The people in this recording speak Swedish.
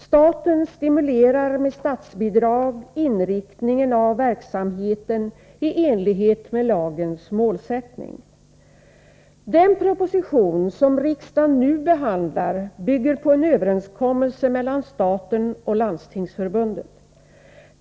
Staten stimulerar med statsbidrag inriktningen av verksamheten i enlighet med lagens målsättning. Den proposition som riksdagen nu behandlar bygger på en överenskommelse mellan staten och Landstingsförbundet.